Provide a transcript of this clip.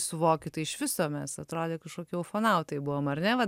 suvokiu tai iš viso mes atrodė kažkokie ufonautai buvom ar ne va